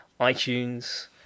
iTunes